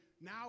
now